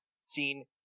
seen